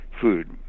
food